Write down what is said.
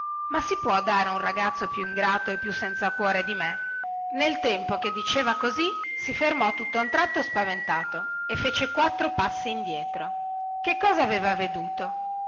ma si può dare un ragazzo più ingrato e più senza cuore di me nel tempo che diceva così si fermò tutta un tratto spaventato e fece quattro passi indietro che cosa aveva veduto